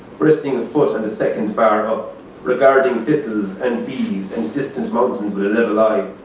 resting the foot on the second bar up regarding thistles and bees and distant mountains with a level eye.